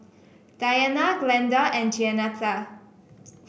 Diana Glenda and Jeanetta